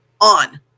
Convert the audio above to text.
on